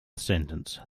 sentence